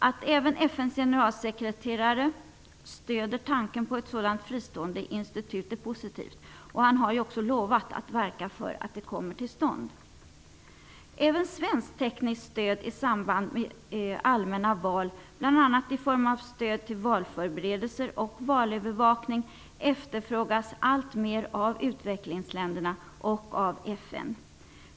Att även FN:s generalsekreterare stöder tanken på ett sådant fristående institut är positivt. Han har ju också lovat att verka för att det kommer till stånd. Även svenskt tekniskt stöd i samband med allmänna val, bl.a. i form av stöd till valförberedelser och valövervakning, efterfrågas alltmer av utvecklingsländerna och av FN.